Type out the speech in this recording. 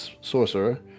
sorcerer